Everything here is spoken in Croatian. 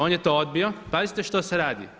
On je to odbio, pazite što se radi.